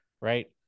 right